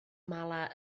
mala